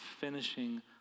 finishing